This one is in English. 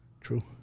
True